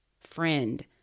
friend